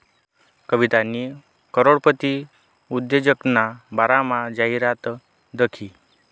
सवितानी करोडपती उद्योजकना बारामा जाहिरात दखी